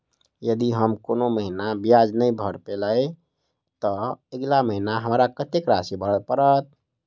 यदि हम कोनो महीना ब्याज नहि भर पेलीअइ, तऽ अगिला महीना हमरा कत्तेक राशि भर पड़तय?